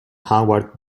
howard